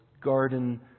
garden